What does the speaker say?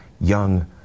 young